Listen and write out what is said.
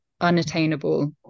unattainable